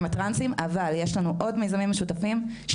הטרנסיים אבל יש עוד מיזמים משותפים.